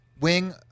wing